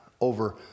over